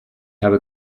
habe